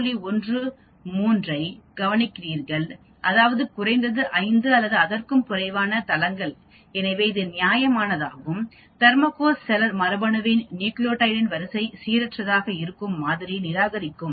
13 ஐ கவனிக்கிறீர்கள் அதாவது குறைந்தது 5 அல்லது அதற்கும் குறைவான தளங்கள் எனவே இது நியாயமானதாகும் தெர்மோகாக்கஸ் செலர் மரபணுவின் நியூக்ளியோடைடு வரிசை சீரற்றதாக இருக்கும் மாதிரியை நிராகரிக்கும்